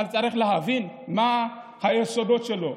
אבל צריך להבין מה היסודות שלו.